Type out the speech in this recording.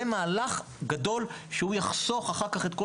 זה מהלך גדול שהוא יחסוך אחר כך את כל